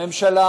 הממשלה